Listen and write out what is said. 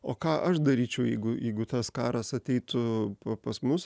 o ką aš daryčiau jeigu jeigu tas karas ateitų pas mus